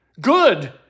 Good